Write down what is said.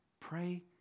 Pray